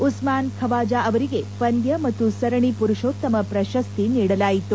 ಉಸ್ಮಾನ್ ಖವಾಜಾ ಅವರಿಗೆ ಪಂದ್ಯ ಮತ್ತು ಸರಣಿ ಪುರುಷೋತ್ತಮ ಪ್ರಶಸ್ತಿ ನೀಡಲಾಯಿತು